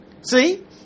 See